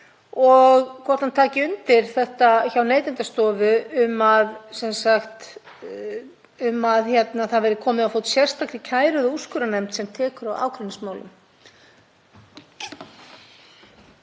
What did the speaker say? og hvort hann taki undir með Neytendastofu um að það verði komið á fót sérstakri kæru- eða úrskurðarnefnd sem taki á ágreiningsmálum.